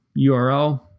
URL